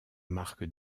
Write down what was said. marque